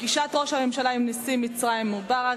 פגישת ראש הממשלה עם נשיא מצרים מובארק,